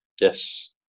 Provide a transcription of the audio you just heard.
Yes